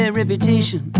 reputation